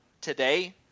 today